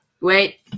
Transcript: Wait